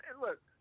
look